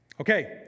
Okay